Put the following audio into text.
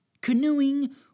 Canoeing